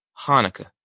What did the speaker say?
Hanukkah